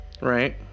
right